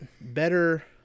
better